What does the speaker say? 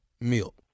milk